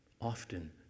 often